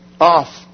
off